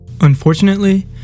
Unfortunately